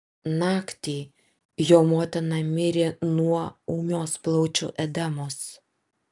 naktį jo motina mirė nuo ūmios plaučių edemos